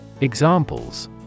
Examples